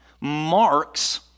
marks